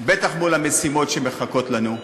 בטח מול המשימות שמחכות לנו.